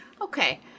okay